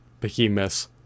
behemoth